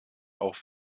auch